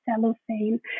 cellophane